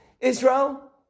Israel